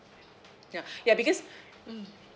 yeah yeah because mm